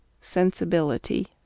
Sensibility